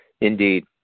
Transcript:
Indeed